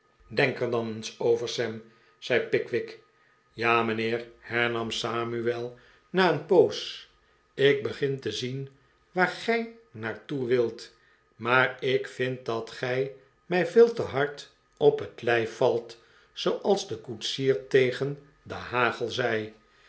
er dan eens over sam zei pickwick ja mijnheer hernam samuel na een poos ik begin te zien waar gij naar toe wilt maar ik vind dat gij mij veel te hard op het lijf valt zooals de koetsier tegen den hagel zei